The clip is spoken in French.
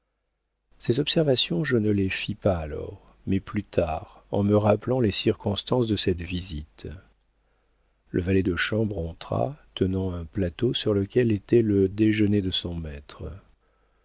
ces observations je ne les fis pas alors mais plus tard en me rappelant les circonstances de cette visite le valet de chambre entra tenant un plateau sur lequel était le déjeuner de son maître